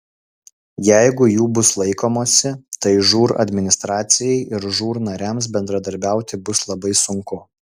jeigu jų bus laikomasi tai žūr administracijai ir žūr nariams bendradarbiauti bus labai sunku